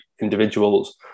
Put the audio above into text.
individuals